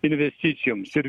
investicijoms ir